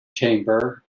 chamber